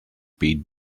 pete